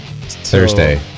Thursday